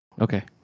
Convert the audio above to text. Okay